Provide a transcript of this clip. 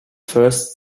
first